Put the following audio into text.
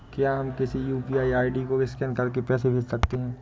क्या हम किसी यू.पी.आई आई.डी को स्कैन करके पैसे भेज सकते हैं?